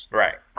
right